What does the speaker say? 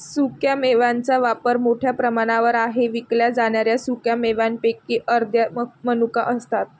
सुक्या मेव्यांचा वापर मोठ्या प्रमाणावर आहे विकल्या जाणाऱ्या सुका मेव्यांपैकी अर्ध्या मनुका असतात